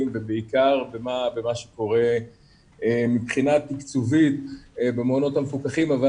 ובעיקר במה שקורה מבחינה תקצובית במעונות המפוקחים אבל